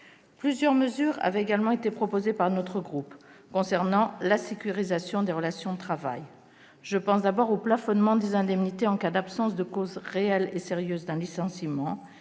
Plusieurs mesures avaient été également proposées par notre groupe concernant la sécurisation des relations de travail. Je pense d'abord au plafonnement des indemnités en cas d'absence de cause réelle et sérieuse d'un licenciement